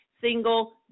single